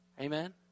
Amen